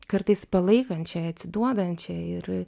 kartais palaikančią atsiduodančią ir